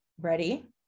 ready